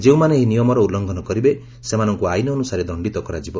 ଯେଉଁମାନେ ଏହି ନିୟମର ଉଲ୍ଲୁଙ୍ଘନ କରିବେ ସେମାନଙ୍କୁ ଆଇନ୍ ଅନୁସାରେ ଦଣ୍ଡିତ କରାଯିବ